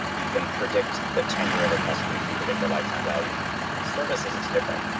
you can predict the tenure of a customer. you can predict the lifetime value. with services, it's different.